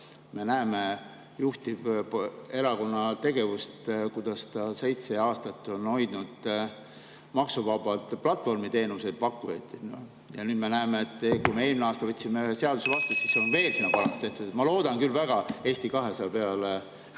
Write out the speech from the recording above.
Me näeme juhtiverakonna tegevust, kuidas ta seitse aastat on hoidnud maksuvabalt platvormiteenuse pakkujaid. Ja nüüd me näeme, et kui me eelmine aasta võtsime seaduse vastu, siis on veel sinna parandus tehtud. Ma loodan küll väga Eesti 200 peale,